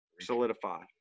solidify